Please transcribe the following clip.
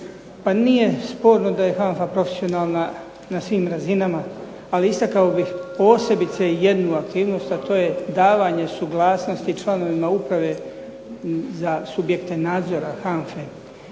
Pa nije sporno da je HANFA profesionalna na svim razinama, ali istakao bih posebice jednu aktivnost a to je davanje suglasnosti članovima uprave za subjekte nadzora HANFA-e.